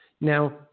Now